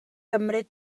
gymryd